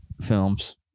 films